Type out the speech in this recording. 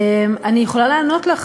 אני יכולה לענות לך,